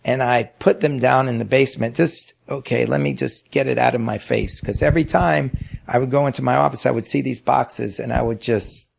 and i put them down in the basement okay, let me just get it out of my face. because every time i would go into my office, i would see these boxes and i would just